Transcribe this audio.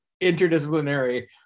interdisciplinary